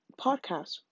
podcast